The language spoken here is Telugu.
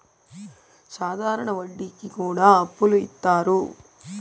సాధారణ వడ్డీ కి కూడా అప్పులు ఇత్తారు